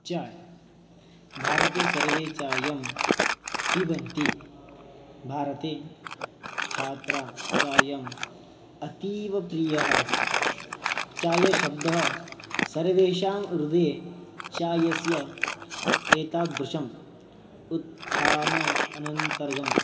चाय् भारते सर्वे चायं पिबन्ति भारते छात्रः चायम् अतीवप्रियः अस्ति चायशब्दः सर्वेषां हृदये चायस्य एतादृशम् उत्थानम् अनन्तर्गतम्